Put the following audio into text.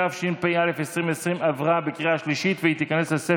התשפ"א 2020, נתקבל.